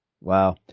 Wow